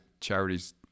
charities